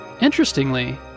Interestingly